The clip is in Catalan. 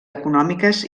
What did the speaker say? econòmiques